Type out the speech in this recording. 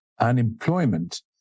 unemployment